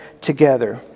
together